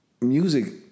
music